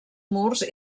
murs